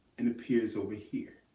and appears over here.